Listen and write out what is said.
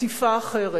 עטיפה אחרת.